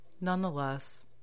Nonetheless